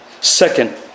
Second